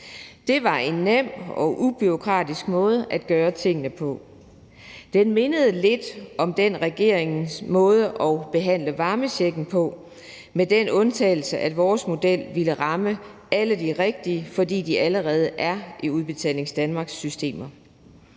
være en nem og ubureaukratisk måde at gøre tingene på. Den mindede lidt om regeringens måde at behandle varmechecken på – med den undtagelse, at man med vores model ville ramme alle de rigtige, fordi de allerede er i Udbetaling Danmarks systemer.